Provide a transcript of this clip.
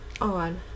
on